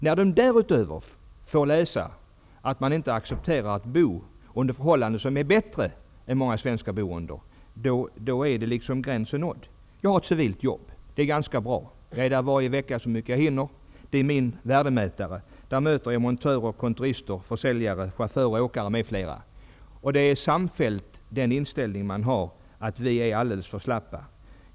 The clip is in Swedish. När de därutöver får läsa att flyktingar inte accepterar att bo under förållanden som är bättre än de förhållanden som många svenskar bor under är gränsen nådd. Jag har ett civilt jobb. Det är ganska bra. Jag är där varje vecka så mycket som jag hinner. Det är min värdemätare. Där möter jag montörer, kontorister, försäljare, chaufförer, åkare, m.fl. De har samfällt inställningen att vi är alldeles för slappa.